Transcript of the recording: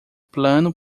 plano